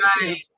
right